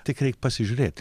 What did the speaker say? tik reik pasižiūrėt